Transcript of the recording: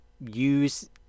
use